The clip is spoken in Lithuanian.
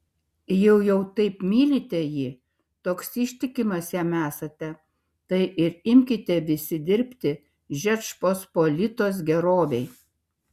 jei jau taip mylite jį toks ištikimas jam esate tai ir imkite visi dirbti žečpospolitos gerovei